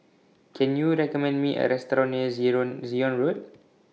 Can YOU recommend Me A Restaurant near Zion Zion Road